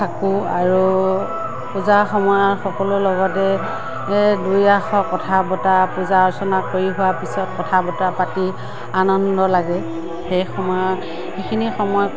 থাকোঁ আৰু পূজাৰ সময়ত সকলোৰ লগতে দুই এষাৰ কথা বতৰা পূজা অৰ্চনা কৰি হোৱা পিছত কথা বতৰা পাতি আনন্দ লাগে সেই সময়ত সেইখিনি সময়ত